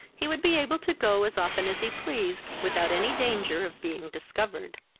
he would be able to go as often as he pleased, without any danger of being discovered.